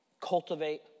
cultivate